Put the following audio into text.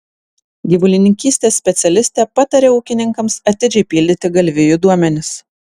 gyvulininkystės specialistė pataria ūkininkams atidžiai pildyti galvijų duomenis